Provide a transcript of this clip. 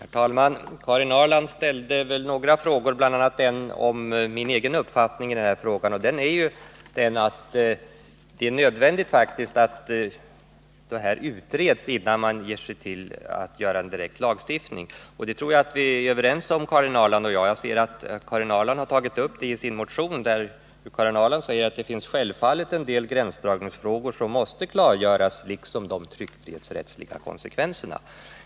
Herr talman! Karin Ahrland ställde några frågor, bl.a. en om min egen uppfattning i denna fråga. Min uppfattning är att det faktiskt är nödvändigt att göra en utredning, innan man ger sig till att införa en direkt lagstiftning. Det tror jag att vi är överens om, Karin Ahrland och jag. Jag ser att Karin Ahrland har tagit upp det i sin motion, där hon säger att det finns självfallet en del gränsdragningsfrågor som måste klargöras, liksom de tryckfrihetsrättsliga konsekvenserna.